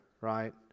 right